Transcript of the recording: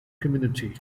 community